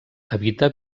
evita